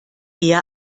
eher